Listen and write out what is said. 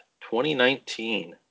2019